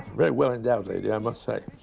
very well-endowed lady, i must say,